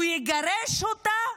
הוא יגרש אותה?